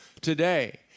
today